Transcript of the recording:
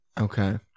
Okay